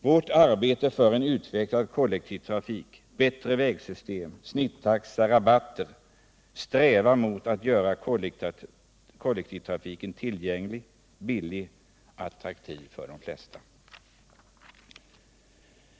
Vårt arbete för en utvecklad kollektivtrafik, bättre vägsystem, snittaxa, rabatter, strävan att göra kollektivtrafiken tillgänglig, billig och attraktiv för de flesta pågår.